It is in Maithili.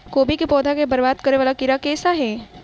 कोबी केँ पौधा केँ बरबाद करे वला कीड़ा केँ सा है?